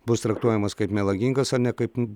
bus traktuojamas kaip melagingas ar ne kaip